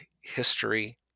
history